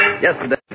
Yesterday